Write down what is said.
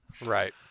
Right